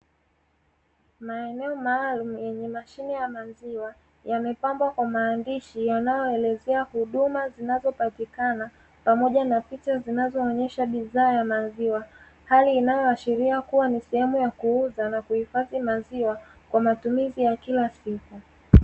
Maeneo maalumu yenye mashine ya maziwa yamepambwa kwa maandishi yanayoelezea huduma zinazopatikana, pamoja na picha zinazoonyesha bidhaa ya maziwa. Hali inayoashiria kuwa ni sehemu ya kuuza na kuhifadhi maziwa kwa matumizi ya kila siku.